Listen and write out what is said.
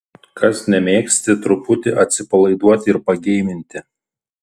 kas nemėgsti truputį atsipalaiduoti ir pageiminti